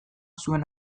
zuen